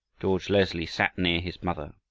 george leslie sat near his mother,